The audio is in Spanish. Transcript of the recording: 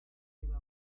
iba